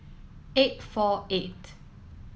eight four eight